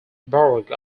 borough